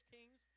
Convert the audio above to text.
Kings